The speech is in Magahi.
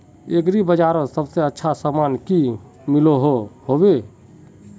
एग्री बजारोत सबसे अच्छा सामान की मिलोहो होबे?